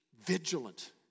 vigilant